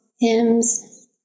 hymns